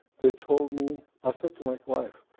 they told me. i said to my wife,